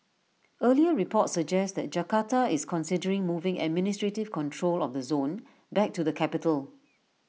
earlier reports suggest that Jakarta is considering moving administrative control of the zone back to the capital